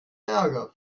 ärger